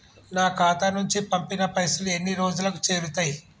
నా ఖాతా నుంచి పంపిన పైసలు ఎన్ని రోజులకు చేరుతయ్?